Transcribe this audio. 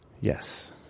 Yes